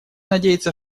надеяться